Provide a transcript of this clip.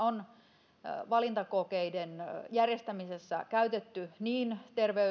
on valintakokeiden järjestämisessä käytetty niin